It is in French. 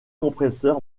compresseur